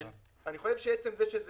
אני חושב שעצם העובדה שזה